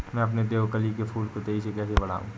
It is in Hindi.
मैं अपने देवकली के फूल को तेजी से कैसे बढाऊं?